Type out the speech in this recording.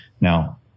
Now